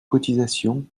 cotisations